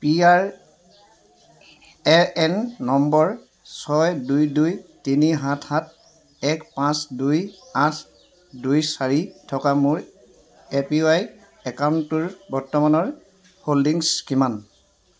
P R A N number ছয় দুই দুই তিনি সাত সাত এক পাঁচ দুই আঠ দুই চাৰি থকা মোৰ এ পি ৱাই একাউণ্টটোৰ বৰ্তমানৰ হোল্ডিংছ কিমান